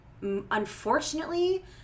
unfortunately